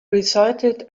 recited